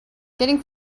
getting